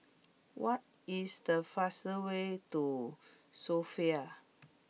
what is the fast way to Sofia